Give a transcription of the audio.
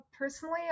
Personally